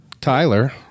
Tyler